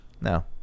no